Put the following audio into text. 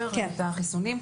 את החיסונים?